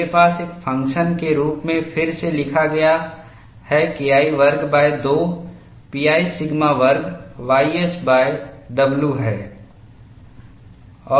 मेरे पास एक फंक्शन के रूप में फिर से लिखा गया है KI वर्ग2 pi सिग्मा वर्ग ysw है